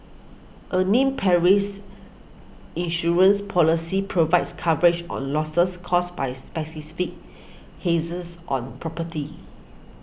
a named perils insurance policy provides coverage on losses caused by hazards on property